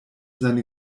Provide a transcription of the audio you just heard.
seine